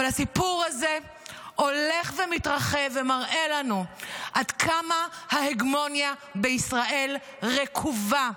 אבל הסיפור הזה הולך ומתרחב ומראה לנו עד כמה ההגמוניה בישראל רקובה,